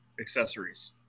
accessories